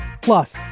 plus